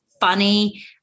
funny